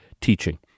teaching